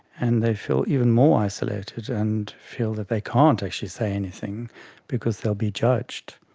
and they feel even more isolated and feel that they can't actually say anything because they will be judged.